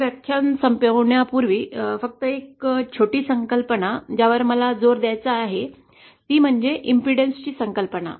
हे व्याख्यान संपवण्यापूर्वी फक्त एक छोटी संकल्पना मला जोर द्यायचा आहे ती म्हणजे प्रतिबाधा ची संकल्पना